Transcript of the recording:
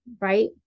right